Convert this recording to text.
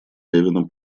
левина